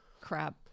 crap